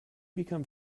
become